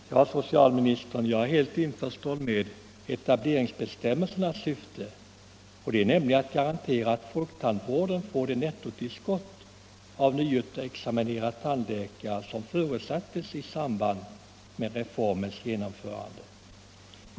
Herr talman! Jag är helt införstådd med etableringsbestämmelsernas syfte, nämligen att garantera att folktandvården får det nettotillskott av nyexaminerade tandläkare som förutsattes i samband med reformens genomförande.